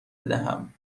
بدهم